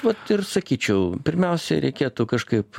vat ir sakyčiau pirmiausia reikėtų kažkaip